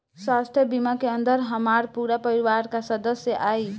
स्वास्थ्य बीमा के अंदर हमार पूरा परिवार का सदस्य आई?